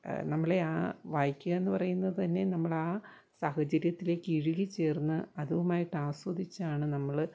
നമ്മളെ ആ വായിക്കുക എന്ന് പറയുന്നതുതന്നെ നമ്മളാ സാഹചര്യത്തിലേക്ക് ഇഴുകിച്ചേർന്ന് അതുമായിട്ട് ആസ്വദിച്ചാണ് നമ്മൾ